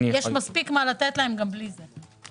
יש מספיק מה לתת להם גם בלי זה.